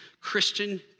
Christian